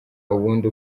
ubundi